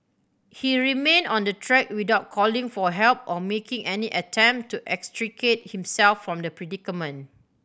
he remained on the track without calling for help or making any attempt to extricate himself from the predicament